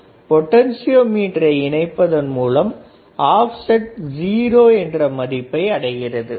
எனவே பின் 1 மற்றும் 5 க்கும் இடையில் பொட்டன்ஷியல் மீட்டரை இணைப்பதன் மூலம் ஆப்செட் 0 என்ற மதிப்பை அடைகிறது